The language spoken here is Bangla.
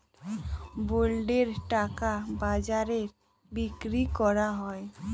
বন্ডের টাকা বাজারে বিক্রি করা হয়